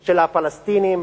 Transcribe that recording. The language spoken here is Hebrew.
של הפלסטינים